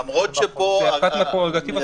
תיאורטית יכולה להיות סיטואציה כזו.